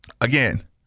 Again